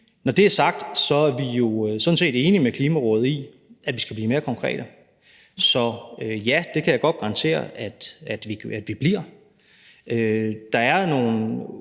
når det er sagt, er vi jo sådan set enige med Klimarådet i, at vi skal blive mere konkrete. Så ja, det kan jeg godt garantere at vi bliver. Der er nogle